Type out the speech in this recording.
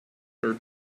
her